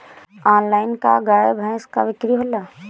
Online का गाय भैंस क बिक्री होला?